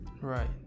Right